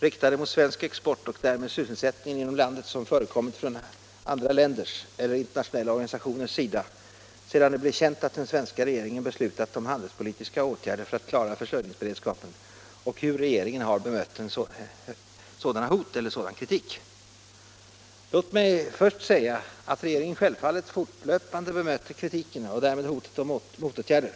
riktade mot svensk export och därmed sysselsättningen inom landet som förekommit från andra länders eller internationella organisationers sida sedan det blev känt att den svenska regeringen beslutat om handelspolitiska åtgärder för att klara försörjningsberedskapen och hur regeringen har bemött sådana hot eller sådan kritik. Låt mig först säga att regeringen självfallet fortlöpande bemöter kritiken och därmed hotet om motåtgärder.